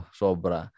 sobra